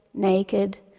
naked,